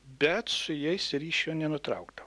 bet su jais ryšio nenutraukdavo